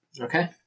Okay